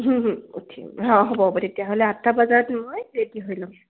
উঠিম হা হ'ব হ'ব তেতিয়াহ'লে আঠটা বজাত মই ৰেডি হৈ ল'ম